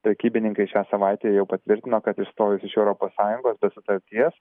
prekybininkai šią savaitę jau patvirtino kad išstojus iš europos sąjungos sutarties